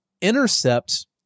intercept